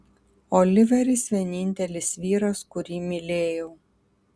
oliveris vienintelis vyras kurį mylėjau